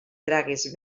tragues